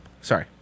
Sorry